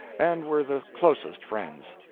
and were the closest friends.